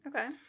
Okay